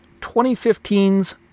2015's